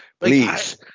please